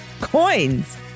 coins